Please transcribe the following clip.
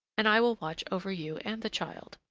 and i will watch over you and the child.